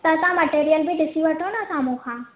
त तव्हां मटेरियल बि ॾिसी वठो न साम्हूं खां